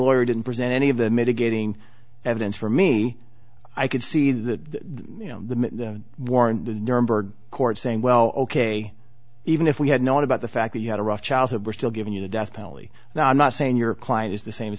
didn't present any of the mitigating evidence for me i could see that you know the warrant the nuremberg court saying well ok even if we had known about the fact that you had a rough childhood we're still giving you the death penalty now i'm not saying your client is the same